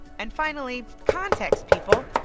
and finally, context, people,